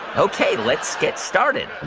ok, let's get started.